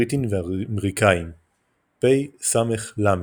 בריטים ואמריקנים - פ.ס.ל.